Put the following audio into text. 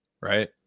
Right